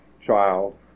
child